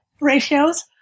ratios